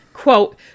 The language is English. Quote